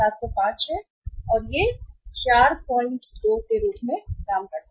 यह 5705 है और यह 42 के रूप में काम करता है